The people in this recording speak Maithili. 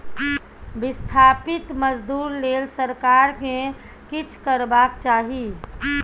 बिस्थापित मजदूर लेल सरकार केँ किछ करबाक चाही